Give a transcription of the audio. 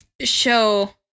show